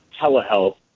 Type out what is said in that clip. telehealth